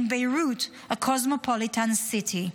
and Beirut a cosmopolitan city.